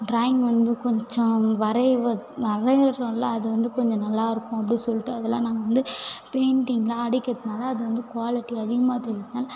drawing வந்து கொஞ்சம் வரைகிற வரைகிறோம்ல அது வந்து கொஞ்சம் நல்லா இருக்கும் அப்டின்னு சொல்லிட்டு அதல்லாம் நாங்கள் வந்து பெயிண்டிங்குலாம் அடிக்கிறதுனால அது வந்து குவாலிட்டி அதிகமாக தெரியறதுனால